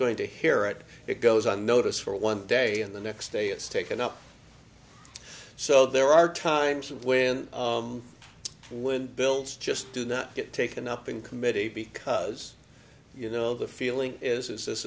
going to hear it it goes on notice for one day and the next day it's taken up so there are times when when bills just do not get taken up in committee because you know the feeling is is this